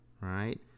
right